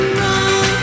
run